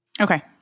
Okay